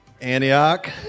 Antioch